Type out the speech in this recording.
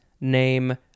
name